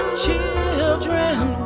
children